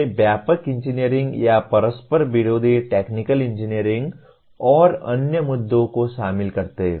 वे व्यापक इंजीनियरिंग या परस्पर विरोधी टेक्निकल इंजीनियरिंग और अन्य मुद्दों को शामिल करते हैं